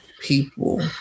people